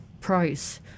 price